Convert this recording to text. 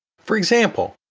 for example,